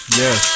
yes